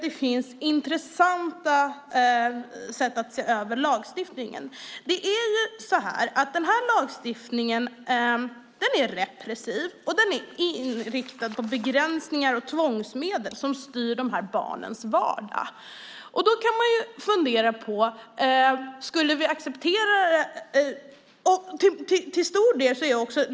Det finns intressanta sätt att se över lagstiftningen. Den här lagstiftningen är repressiv, och den är inriktad på begränsningar och tvångsmedel som styr de här barnens vardag.